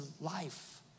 life